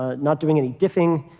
ah not doing any differing,